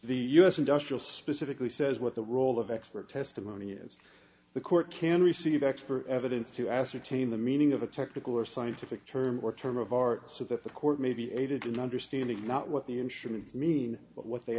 the us industrial specifically says what the role of expert testimony is the court can receive expert evidence to ascertain the meaning of a technical or scientific term or term of art so that the court may be aided in understanding not what the insurance mean but what they